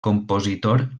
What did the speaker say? compositor